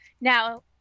now